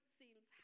seems